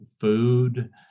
food